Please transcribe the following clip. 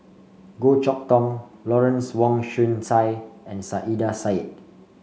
Goh Chok Tong Lawrence Wong Shyun Tsai and Saiedah Said